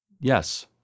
Yes